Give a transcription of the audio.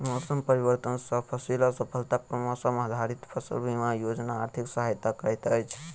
मौसम परिवर्तन सॅ फसिल असफलता पर मौसम आधारित फसल बीमा योजना आर्थिक सहायता करैत अछि